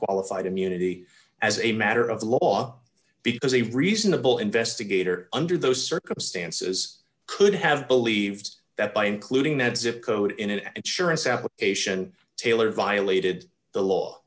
qualified immunity as a matter of law because a reasonable investigator under those circumstances could have believed that by including that zip code in and shuras application taylor violated the law